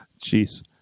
Jeez